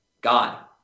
God